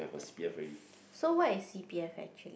so what is c_p_f actually